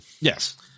Yes